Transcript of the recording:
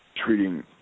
treating